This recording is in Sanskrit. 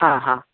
हा हा